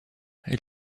elle